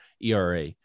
ERA